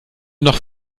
noch